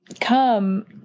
come